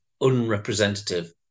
unrepresentative